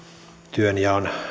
työnjaon